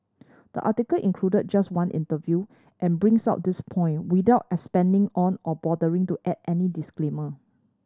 the article included just one interview and brings out this point without expanding on or bothering to add any disclaimer